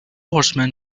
horsemen